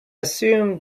assume